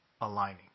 aligning